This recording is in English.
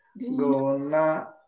Guna